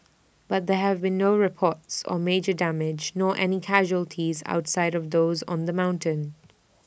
but there have been no reports or major damage nor any casualties outside of those on the mountain